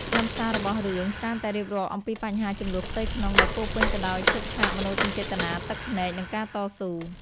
ខ្លឹមសាររបស់រឿងច្រើនតែរៀបរាប់អំពីបញ្ហាជម្លោះផ្ទៃក្នុងដែលពោរពេញទៅដោយឈុតឆាកមនោសញ្ចេតនា ទឹកភ្នែក និងការតស៊ូ។